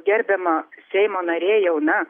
gerbiama seimo narė jauna